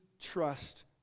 trust